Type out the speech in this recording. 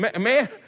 man